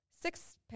Six